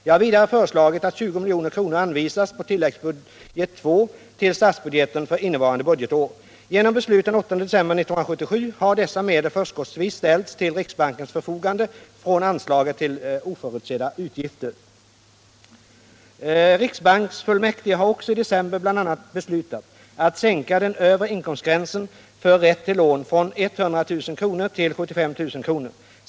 Jag har vidare föreslagit att 20 milj.kr. anvisas på tilläggsbudget II till statsbudgeten för innevarande budgetår. Genom beslut den 8 december 1977 har dessa medel förskottsvis ställts till riksbankens förfogande från anslaget till oförutsedda utgifter. Riksbanksfullmäktige har också i december bl.a. beslutat att sänka den övre inkomstgränsen för rätt till lån från 100 000 kr. till 75 000 kr.